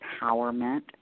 Empowerment